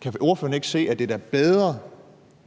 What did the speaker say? kan ordføreren ikke se, at det da er bedre,